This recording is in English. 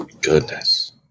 goodness